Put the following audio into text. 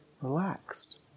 relaxed